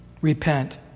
repent